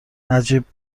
نجیب